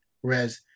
whereas